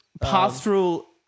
pastoral